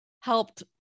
helped